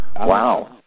Wow